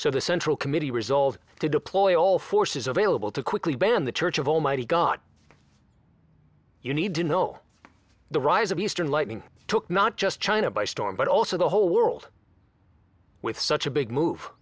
so the central committee resolved to deploy all forces available to quickly ban the church of almighty god you need to know the rise of eastern lightning took not just china by storm but also the whole world with such a big move